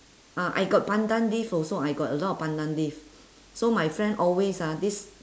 ah I got pandan leaf also I got a lot of pandan leaf so my friend always ah this